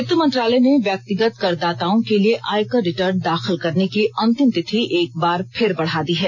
वित्त मंत्रालय ने व्यक्तिगत करदाताओं के लिए आयकर रिटर्न दाखिल करने की अंतिम तिथि एक बार फिर बढ़ा दी है